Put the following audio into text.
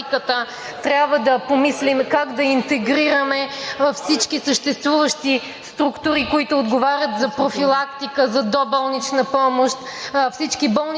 …трябва да помислим как да интегрираме във всички съществуващи структури, които отговарят за профилактика, за доболнична помощ,